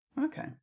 Okay